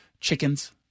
chickens